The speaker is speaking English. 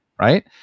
Right